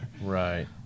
Right